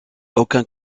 aucun